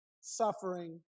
suffering